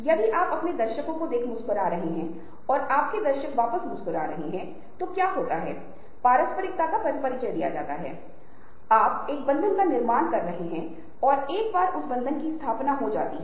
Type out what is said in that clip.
इसलिए ठीक उसी समय से जब आर्थिक विकास हुआ विशेषज्ञता विकसित हुई तभी से नेटवर्किंग हो रही है